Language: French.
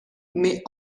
mais